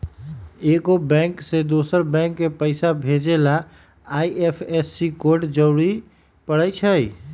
एगो बैंक से दोसर बैंक मे पैसा भेजे ला आई.एफ.एस.सी कोड जरूरी परई छई